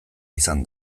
izan